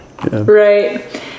Right